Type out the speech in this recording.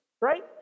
Right